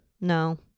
No